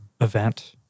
event